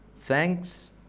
Thanks